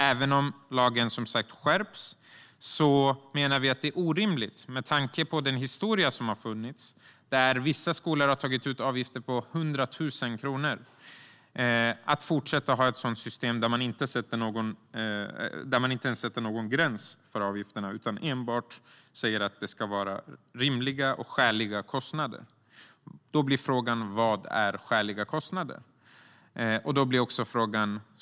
Även om lagen som sagt skärps menar vi att det är orimligt, med tanke på den historia som funnits där vissa skolor tagit ut avgifter på 100 000 kronor, att fortsätta att ha ett system där man inte sätter någon gräns för avgifterna utan enbart säger att det ska vara rimliga och skäliga kostnader. Vad är då skäliga kostnader?